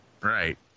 right